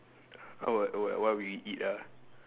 oh what oh what we eat ah